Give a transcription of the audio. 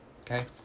Okay